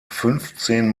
fünfzehn